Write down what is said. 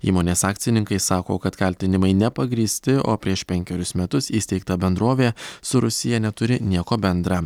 įmonės akcininkai sako kad kaltinimai nepagrįsti o prieš penkerius metus įsteigta bendrovė su rusija neturi nieko bendra